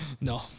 No